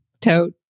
Tote